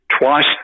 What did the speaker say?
twice